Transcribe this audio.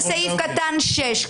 וסעיף קטן (6).